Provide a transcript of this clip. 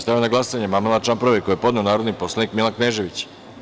Stavljam na glasanje amandman na član 2. koji je podneo narodni poslanik Milan Kenežević.